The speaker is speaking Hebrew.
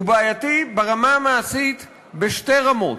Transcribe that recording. הוא בעייתי ברמה המעשית בשתי רמות: